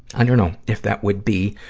and dunno if that would be,